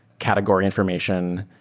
category information,